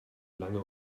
lange